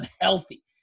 unhealthy